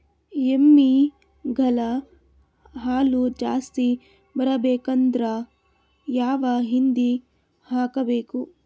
ಎಮ್ಮಿ ಗಳ ಹಾಲು ಜಾಸ್ತಿ ಬರಬೇಕಂದ್ರ ಯಾವ ಹಿಂಡಿ ಹಾಕಬೇಕು?